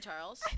Charles